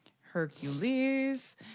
Hercules